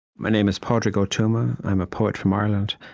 my name is padraig o tuama. i'm a poet from ireland.